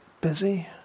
busy